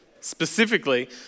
specifically